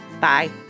Bye